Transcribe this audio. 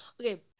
Okay